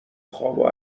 خوابو